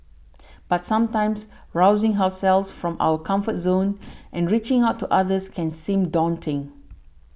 but sometimes rousing ourselves from our comfort zones and reaching out to others can seem daunting